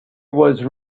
was